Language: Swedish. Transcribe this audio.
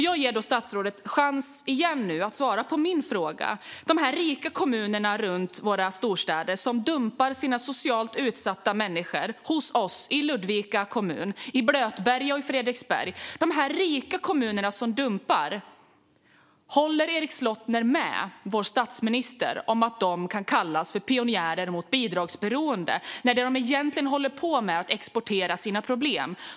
Jag ska ge statsrådet en ny chans att svara på min fråga. Rika kommuner runt våra storstäder dumpar sina socialt utsatta människor hos oss i Ludvika kommun, i Blötberget och i Fredriksberg. Håller Erik Slottner med vår statsminister om att dessa kommuner kan kallas för pionjärer mot bidragsberoende, när det de egentligen håller på med är att exportera sina problem?